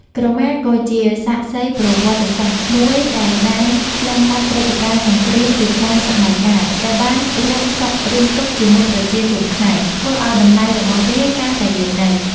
ក្រមាក៏ជា សាក្សីប្រវត្តិសាស្ត្រ មួយដែលបានឆ្លងកាត់ព្រឹត្តិការណ៍សង្គ្រាមជាច្រើនសម័យកាល ដែលបានរួមសុខរួមទុក្ខជាមួយប្រជាជនខ្មែរ ធ្វើឲ្យតម្លៃរបស់វាកាន់តែមានន័យ។